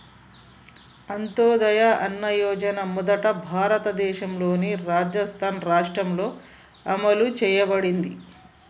అంత్యోదయ అన్న యోజన మొదట భారతదేశంలోని రాజస్థాన్ రాష్ట్రంలో అమలు చేయబడింది